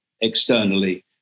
externally